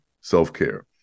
self-care